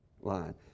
line